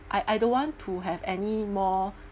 I I don't want to have any more